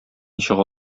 чыга